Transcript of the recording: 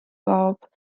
kaob